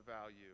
value